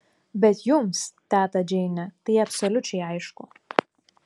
bet jums teta džeine tai absoliučiai aišku